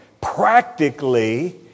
practically